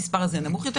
המספר הזה נמוך יותר,